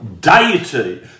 deity